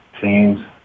teams